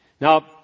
Now